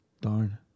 Darn